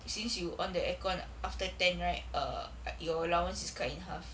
since you on the aircon after ten right err ah your allowance is cut in half